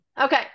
Okay